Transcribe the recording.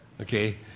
Okay